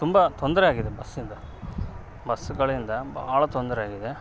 ತುಂಬ ತೊಂದರೆ ಆಗಿದೆ ಬಸ್ಸಿಂದು ಬಸ್ಸುಗಳಿಂದ ಭಾಳ ತೊಂದರೆ ಆಗಿದೆ